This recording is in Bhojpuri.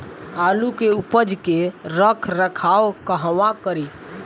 आलू के उपज के रख रखाव कहवा करी?